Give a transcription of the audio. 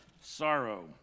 sorrow